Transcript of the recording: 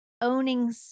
owning